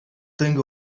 think